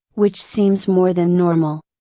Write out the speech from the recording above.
which seems more than normal.